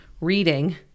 reading